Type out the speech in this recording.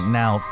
now